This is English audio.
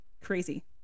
crazy